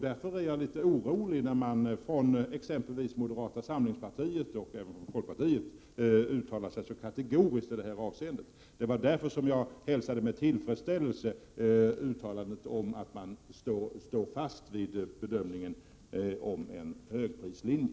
Därför är jag litet orolig, när man från exempelvis moderata samlingspartiet och även folkpartiet uttalar sig så kategoriskt i detta avseende. Det var därför som jag med tillfredsställelse hälsade uttalandet om att man står fast vid en högprislinje.